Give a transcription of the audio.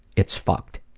it's fucked.